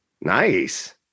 Nice